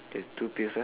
the two pills ah